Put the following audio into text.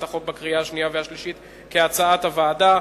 החוק בקריאה שנייה ובקריאה שלישית כהצעת הוועדה.